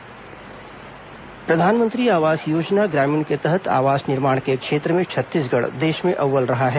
प्रधानमंत्री आवास योजना प्रधानमंत्री आवास योजना ग्रामीण के तहत आवास निर्माण के क्षेत्र में छत्तीसगढ़ देष में अव्वल रहा है